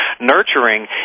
Nurturing